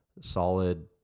solid